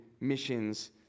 missions